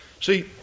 See